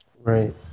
right